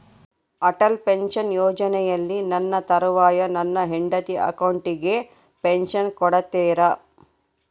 Atal pension ಯೋಜನೆಯಲ್ಲಿ ನನ್ನ ತರುವಾಯ ನನ್ನ ಹೆಂಡತಿ ಅಕೌಂಟಿಗೆ ಪೆನ್ಶನ್ ಕೊಡ್ತೇರಾ?